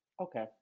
Okay